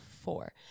four